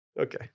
Okay